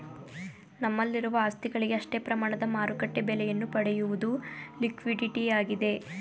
ನಮ್ಮಲ್ಲಿರುವ ಆಸ್ತಿಗಳಿಗೆ ಅಷ್ಟೇ ಪ್ರಮಾಣದ ಮಾರುಕಟ್ಟೆ ಬೆಲೆಯನ್ನು ಪಡೆಯುವುದು ಲಿಕ್ವಿಡಿಟಿಯಾಗಿದೆ